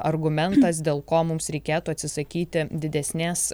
argumentas dėl ko mums reikėtų atsisakyti didesnės